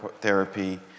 therapy